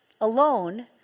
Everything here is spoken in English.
alone